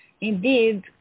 indeed